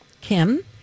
Kim